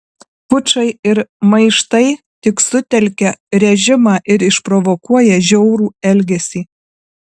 pučai ir maištai tik sutelkia režimą ir išprovokuoja žiaurų elgesį